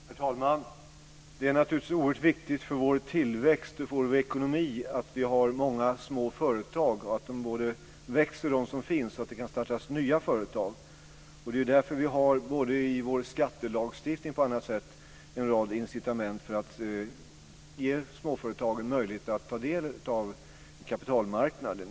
Herr talman! Det är naturligtvis oerhört viktigt för vår tillväxt och vår ekonomi att vi har många små företag, att de som finns växer och att det kan startas nya företag. Det är därför vi har, både i vår skattelagstiftning och på annat sätt, en rad incitament för att ge småföretagen möjlighet att ta del av kapitalmarknaden.